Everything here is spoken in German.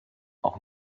auch